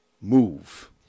move